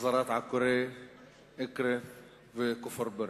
החזרת עקורי אקרית וכפר בירעם.